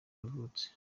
yavutse